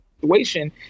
situation